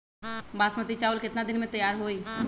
बासमती चावल केतना दिन में तयार होई?